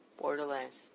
Borderlands